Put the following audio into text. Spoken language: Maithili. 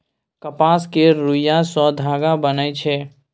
कपास केर रूइया सँ धागा बनइ छै